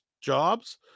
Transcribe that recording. jobs